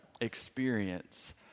experience